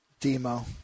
Demo